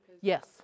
yes